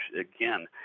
again